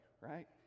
right